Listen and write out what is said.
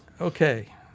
Okay